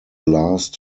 last